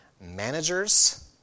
managers